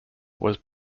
was